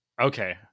Okay